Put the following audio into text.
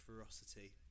ferocity